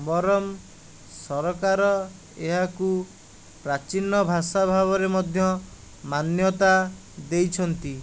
ବରଂ ସରକାର ଏହାକୁ ପ୍ରାଚୀନ ଭାଷା ଭାବରେ ମଧ୍ୟ ମାନ୍ୟତା ଦେଇଛନ୍ତି